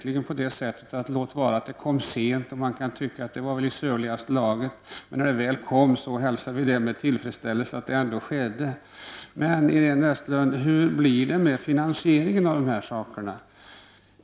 Låt vara att det kom sent och att man tyckte att det var i söligaste laget, men när det väl kom hälsades det ju med tillfredsställelse att det hade skett. Hur blir det, Iréne Vestlund, med finansieringen av dessa saker?